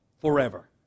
forever